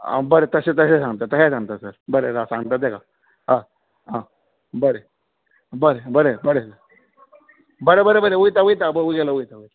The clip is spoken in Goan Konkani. आ बरें बरें तशें सांगता तहें सांगता सर आ बरें सांगता तेका आ बरें बरें बरें बरें बरें बरें बरें वोयता वोयता एपय गेलो